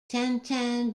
tintin